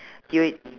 he al~